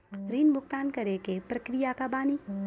ऋण भुगतान करे के प्रक्रिया का बानी?